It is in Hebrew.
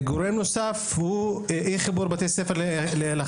נושא נוסף הוא אי חיבור של בתי ספר לחשמל: